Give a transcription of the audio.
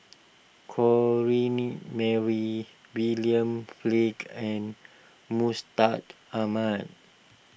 Corrinne Mary William Flint and Mustaq Ahmad